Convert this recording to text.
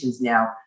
now